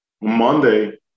Monday